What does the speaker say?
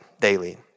daily